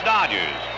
Dodgers